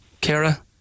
Kara